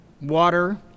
water